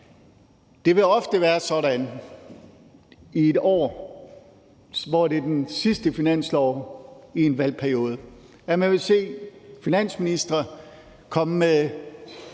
Det vil ofte være sådan i et år, når det er det sidste finanslovsforslag i en valgperiode, at man vil se finansministre komme med,